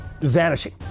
vanishing